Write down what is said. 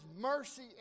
mercy